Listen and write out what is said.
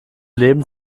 leben